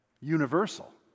Universal